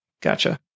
Gotcha